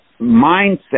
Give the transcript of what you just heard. mindset